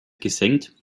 gesenkt